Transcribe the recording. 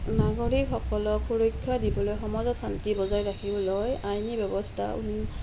নাগৰিক সকলক সুৰক্ষা দিবলৈ সমাজত শান্তি বজাই ৰাখিবলৈ আইনী ব্যৱস্থা